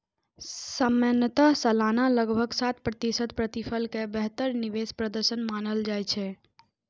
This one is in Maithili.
सामान्यतः सालाना लगभग सात प्रतिशत प्रतिफल कें बेहतर निवेश प्रदर्शन मानल जाइ छै